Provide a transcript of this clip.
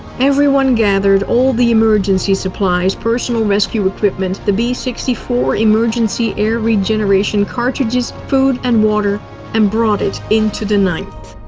everyone gathered all the emergency supplies, personal rescue equipment, the b sixty four emergency air regeneration cartridges, food, and water and brought it into the ninth.